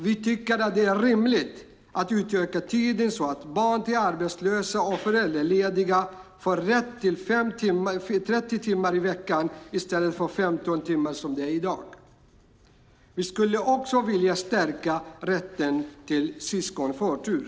Vi tycker att det är rimligt att utöka tiden så att barn till arbetslösa och föräldralediga får rätt till 30 timmar i veckan i stället för 15 timmar, som det är i dag. Vi skulle också vilja stärka rätten till syskonförtur.